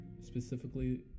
Specifically